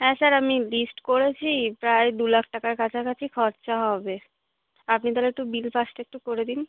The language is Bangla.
হ্যাঁ স্যার আমি লিস্ট করেছি প্রায় দু লাখ টাকার কাছাকাছি খরচা হবে আপনি তাহলে একটু বিল পাসটা একটু করে দিন